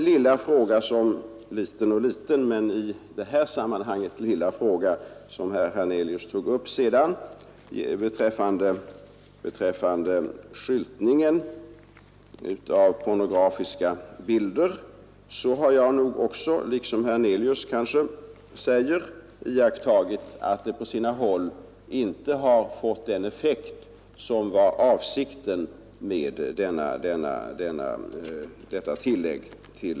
Herr Hernelius tog också upp den i detta sammanhang lilla frågan om skyltningen av pornografiska bilder. Jag har liksom herr Hernelius iakttagit att tillägget till lagstiftningen på sina håll inte fått den effekt som var avsikten med det.